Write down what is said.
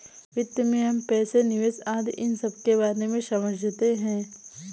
वित्त में हम पैसे, निवेश आदि इन सबके बारे में समझते हैं